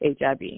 hiv